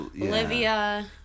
Olivia